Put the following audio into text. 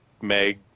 meg